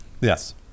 Yes